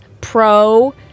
pro